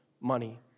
money